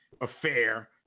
affair